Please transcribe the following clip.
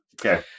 okay